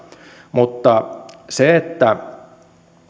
mutta sillä että